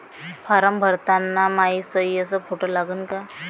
Form भरताना मायी सयी अस फोटो लागन का?